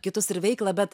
kitus ir veiklą bet